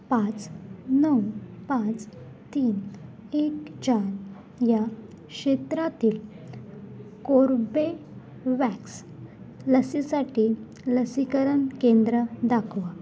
पाच नऊ पाच तीन एक चार या क्षेत्रातील कोर्बेवॅक्स लसीसाठी लसीकरण केंद्र दाखवा